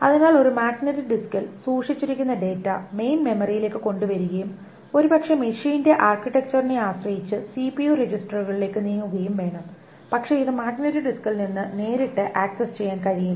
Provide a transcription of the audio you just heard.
അതിനാൽ ഒരു മാഗ്നറ്റിക് ഡിസ്കിൽ സൂക്ഷിച്ചിരിക്കുന്ന ഡാറ്റ മെയിൻ മെമ്മറിയിലേക്ക് കൊണ്ടുവരുകയും ഒരുപക്ഷേ മെഷീന്റെ ആർക്കിടെക്ചറിനെ ആശ്രയിച്ച് സിപിയു രജിസ്റ്ററുകളിലേക്ക് നീങ്ങുകയും വേണം പക്ഷേ ഇത് മാഗ്നറ്റിക് ഡിസ്കിൽ നിന്ന് നേരിട്ട് ആക്സസ് ചെയ്യാൻ കഴിയില്ല